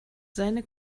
seine